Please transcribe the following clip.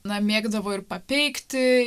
na mėgdavo ir papeikti